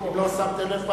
אם לא שמתם לב,